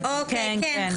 כן, כן.